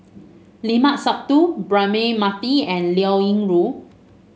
Limat Sabtu Braema Mathi and Liao Yingru